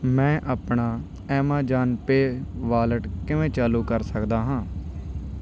ਮੈਂ ਆਪਣਾ Amazon Pay wallet ਕਿਵੇਂ ਚਾਲੂ ਕਰ ਸਕਦਾ ਹਾਂ